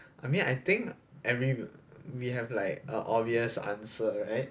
I mean I think every we have like a obvious answer right